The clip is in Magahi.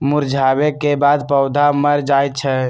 मुरझावे के बाद पौधा मर जाई छई